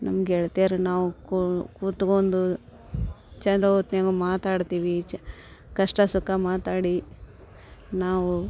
ನಮ್ಮ ಗೆಳ್ತೀರು ನಾವು ಕುತ್ಗೊಂಡು ಚೊಲೋ ಹೊತ್ನಾಗ ಮಾತಾಡ್ತೀವಿ ಚ ಕಷ್ಟ ಸುಖ ಮಾತಾಡಿ ನಾವು